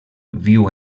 viu